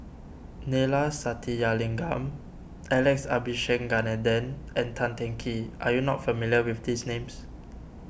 Neila Sathyalingam Alex Abisheganaden and Tan Teng Kee are you not familiar with these names